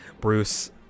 Bruce